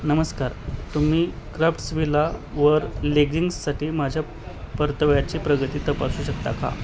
नमस्कार तुम्ही क्राफ्ट्सविला वर लेगिंग्ससाठी माझ्या परतव्याची प्रगती तपासू शकता का